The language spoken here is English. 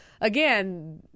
again